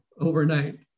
overnight